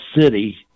city